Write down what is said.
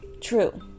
True